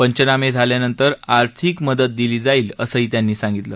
पंचनामे झाल्यानंतर आर्थिक मदत दिली जाईल असंही त्यांनी सांगितलं